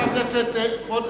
כבוד